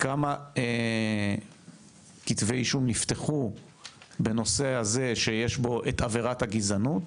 כמה כתבי אישום נפתחו בנושא הזה שיש בו את עבירת הגזענות?